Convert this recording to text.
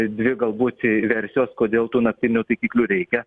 dvi galbūt versijos kodėl tų naktinių taikiklių reikia